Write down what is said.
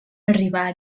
arribar